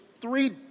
three